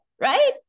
right